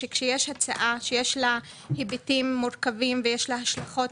שכאשר יש הצעה שיש לה היבטים מורכבים ויש לה השלכות